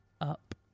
up